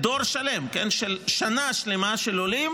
דור שלם, שנה שלמה של עולים